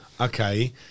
okay